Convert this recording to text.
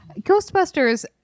Ghostbusters